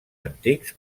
antics